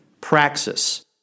praxis